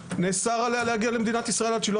אתה אמור לדאוג לחוק צער בעלי חיים ואם אתה לא